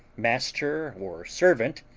master or servant,